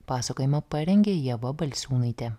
pasakojimą parengė ieva balsiūnaitė